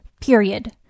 period